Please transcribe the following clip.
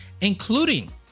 including